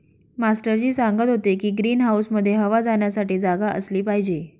master ji सांगत होते की ग्रीन हाऊसमध्ये हवा जाण्यासाठी जागा असली पाहिजे